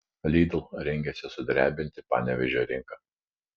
lidl rengiasi sudrebinti panevėžio rinką